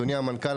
אדוני המנכ"ל,